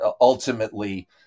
ultimately